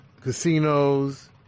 Casinos